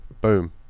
boom